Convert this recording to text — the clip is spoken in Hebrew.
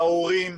להורים,